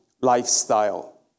lifestyle